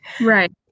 right